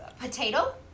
potato